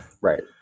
Right